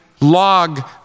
log